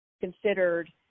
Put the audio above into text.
considered